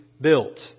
built